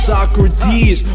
Socrates